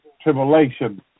tribulation